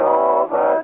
over